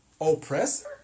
oppressor